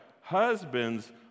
husbands